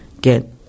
get